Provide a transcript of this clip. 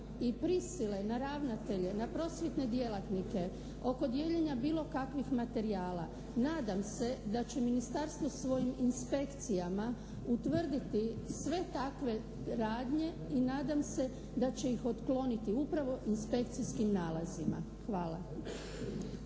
i prisile na ravnatelje, na prosvjetne djelatnike oko dijeljenja bilo kakvih materijala, nadam se da će ministarstvo svojim inspekcijama utvrditi sve takve radnje i nadam se da će ih otkloniti upravo inspekcijskim nalazima. Hvala.